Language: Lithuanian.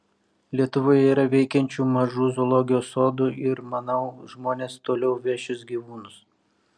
lietuvoje yra veikiančių mažų zoologijos sodų ir manau žmonės toliau vešis gyvūnus